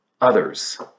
others